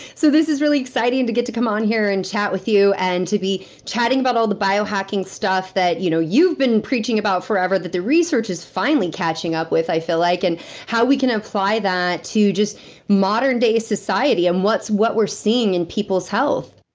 so this is really exciting, to get to come on here and chat with you, and to be chatting about all the biohacking stuff, that you know you've been preaching about forever, that the research is finally catching up with, i feel like, and how we can apply that to just modern day society, and what we're seeing in people's health